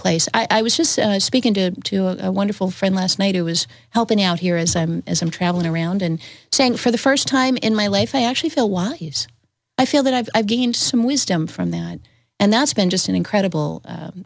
place i was just speaking to a wonderful friend last night who was helping out here as i'm as i'm traveling around and saying for the first time in my life i actually feel why i feel that i've gained some wisdom from them and that's been just an incredible